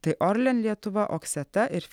tai orlen lietuva okseta ir